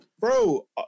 Bro